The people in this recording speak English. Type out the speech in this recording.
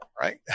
right